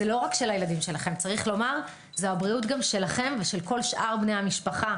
לא רק של הילדים שלכם גם שלכם ושל כל שאר בני המשפחה.